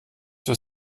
für